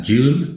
June